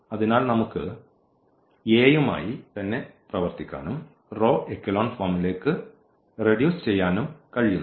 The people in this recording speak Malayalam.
അതിനാൽ നമുക്ക് A യുമായി തന്നെ പ്രവർത്തിക്കാനും റോ എക്കലോൺ ഫോം ഫോമീലേക്ക് റെഡ്യൂസ് ചെയ്യാനും കഴിയുന്നു